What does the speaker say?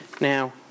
Now